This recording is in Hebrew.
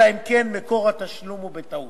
אלא אם כן מקור התשלום הוא בטעות.